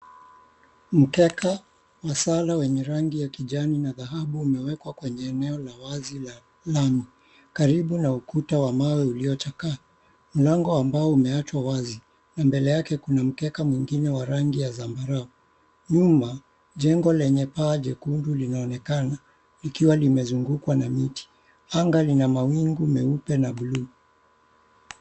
Mkeka wa salah wenye rangi ya kijani na dhahabu imewekwa kwenye eneo la wazi ya lami karibu na ukuta wa mawe uliochakaa. Mlango wa mbao umeachwa wazi na mbele yake kuna mkeka mwingine wa rangi ya zambarao. Nyuma jengo lenye paa jekundu linaonekana likiwa limezungukw na miti. Anga lina mawingu mweupe na blu.